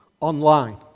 online